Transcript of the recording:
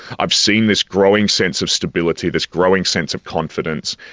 i've seen this growing sense of stability, this growing sense of confidence,